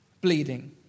bleeding